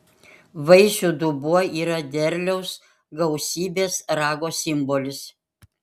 vaisių dubuo yra derliaus gausybės rago simbolis